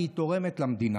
כי היא תורמת למדינה.